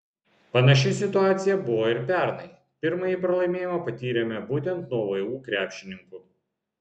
panaši situacija buvo ir pernai pirmąjį pralaimėjimą patyrėme būtent nuo vu krepšininkų